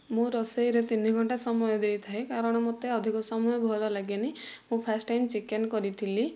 ମୁଁ ରୋଷେଇରେ ତିନିଘଣ୍ଟା ସମୟ ଦେଇଥାଏ କାରଣ ମୋତେ ଅଧିକ ସମୟ ଭଲଲାଗେନି ମୁଁ ଫାଷ୍ଟ୍ ଟାଇମ୍ ଚିକେନ୍ କରିଥିଲି